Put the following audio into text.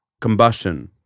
combustion